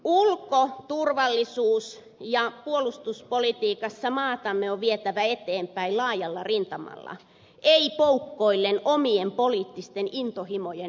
ulko turvallisuus ja puolustuspolitiikassa maatamme on vietävä eteenpäin laajalla rintamalla ei poukkoillen omien poliittisten intohimojen hengessä